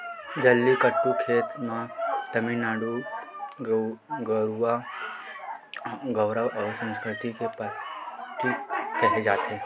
जल्लीकट्टू खेल ल तमिलनाडु के गउरव अउ संस्कृति के परतीक केहे जाथे